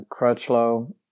Crutchlow